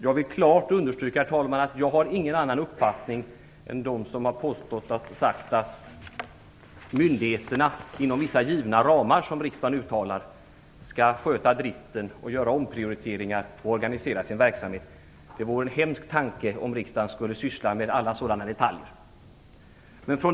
Jag vill klart understryka att jag inte har någon annan uppfattning än de som påstått att myndigheterna inom vissa givna ramar som riksdagen anger skall sköta driften, göra omprioriteringar och organisera verksamhet. Det vore hemskt om riksdagen skulle syssla med alla sådana detaljer.